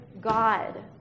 God